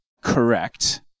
correct